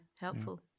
helpful